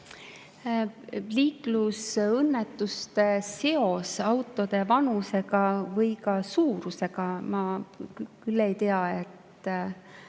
Liiklusõnnetuste seos autode vanuse või ka suurusega? Ma küll ei tea, et